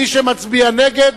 ומי שמצביע נגד,